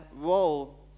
role